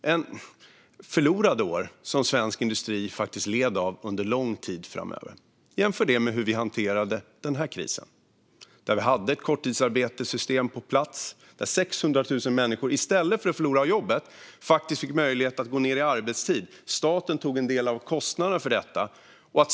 Detta var förlorade år som svensk industri led av under lång tid. Jämför detta med hur vi hanterade den här krisen. Vi hade ett korttidsarbetessystem på plats, och 600 000 människor fick möjlighet att gå ned i arbetstid i stället för att förlora jobbet. Staten tog en del av kostnaderna för detta.